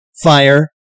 Fire